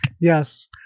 Yes